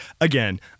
again